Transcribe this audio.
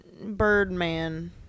Birdman